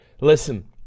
Listen